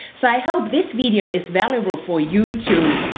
so i hope this video is valuable for you too.